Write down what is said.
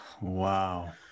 wow